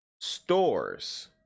stores